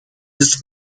this